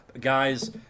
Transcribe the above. Guys